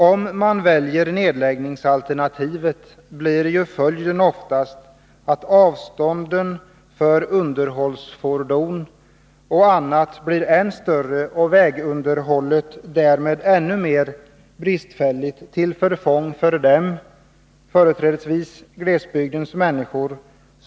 Om man väljer nedläggningsalternativet blir ju följden oftast att avstånden för underhållsfordon och annat blir än större och vägunderhållet därmed ännu mer bristfälligt, till förfång för dem som är beroende av dessa vägar, företrädesvis glesbygdens människor.